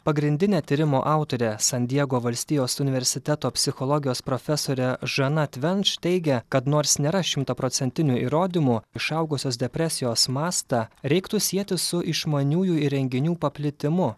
pagrindinė tyrimo autorė san diego valstijos universiteto psichologijos profesorė žana tvendž teigia kad nors nėra šimtaprocentinių įrodymų išaugusios depresijos mastą reiktų sieti su išmaniųjų įrenginių paplitimu